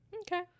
okay